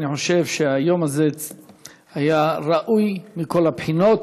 אני חושב שהיום הזה היה ראוי מכל הבחינות.